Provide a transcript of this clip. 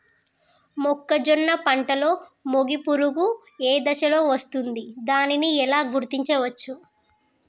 మొక్కజొన్న పంటలో మొగి పురుగు ఏ దశలో వస్తుంది? దానిని ఎలా గుర్తించవచ్చు?